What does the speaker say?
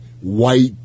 white